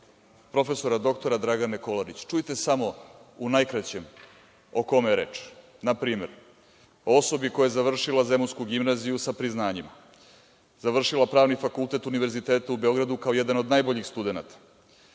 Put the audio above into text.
prof.dr Dragane Kolabić. Čujte samo u najkraćem o kome je reč. Na primer, o osobi koja je završila Zemunsku gimnaziju sa priznanjima, završila Pravni fakultet Univerziteta u Beogradu, kao jedan od najboljih studenata,